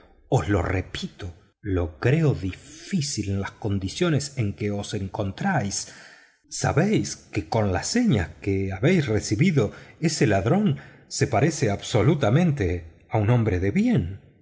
os repito lo creo difícil en las condiciones en que os encontráis sabéis que con las señas que habéis recibido ese ladrón se parece absolutamente a un hombre de bien